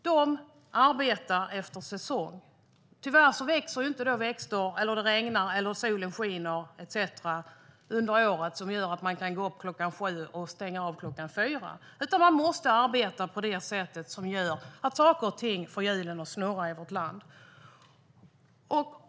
De arbetar efter säsong. Tyvärr växer inte växterna, faller inte regnet och skiner inte solen så under året att man kan gå upp klockan sju och gå hem klockan fyra, utan man måste arbeta på ett sätt som får hjulen att snurra i vårt land.